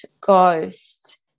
ghost